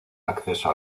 acceso